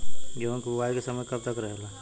गेहूँ के बुवाई के समय कब तक रहेला?